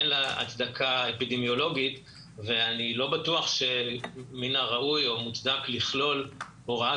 אין לה הצדקה אפידמיולוגית ואני לא בטוח שמן הראוי או מוצדק לכלול הוראה